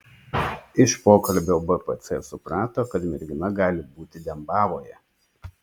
iš pokalbio bpc suprato kad mergina gali būti dembavoje